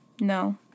No